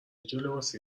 جالباسی